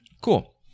Cool